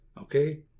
okay